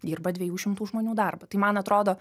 dirba dviejų šimtų žmonių darbą tai man atrodo